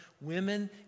women